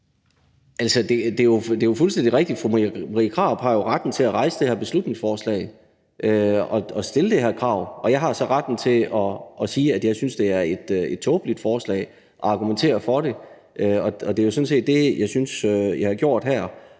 Det er jo fuldstændig rigtigt: Fru Marie Krarup har retten til at fremsætte det her beslutningsforslag og stille det her krav, og jeg har så retten til at sige, at jeg synes, det er et tåbeligt forslag, og argumentere for det. Det er jo sådan set det, jeg synes jeg har gjort her.